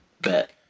Bet